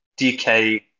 DK